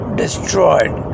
destroyed